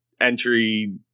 entry